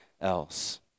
else